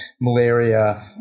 malaria